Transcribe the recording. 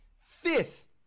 fifth